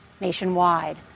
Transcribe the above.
nationwide